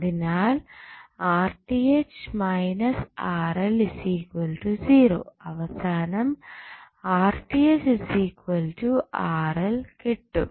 അതിനാൽ അവസാനം കിട്ടും